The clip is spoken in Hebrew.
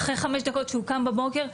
אחרי חמש דקות שהוא קם בבוקר,